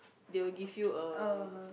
they will give you a